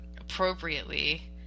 appropriately